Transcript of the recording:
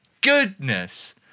goodness